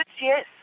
yes